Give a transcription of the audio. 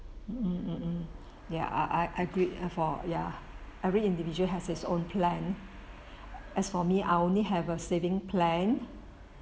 mmhmm ya I I I agree for ya every individual has his own plan as for me I only have a saving plan